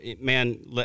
man